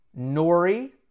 Nori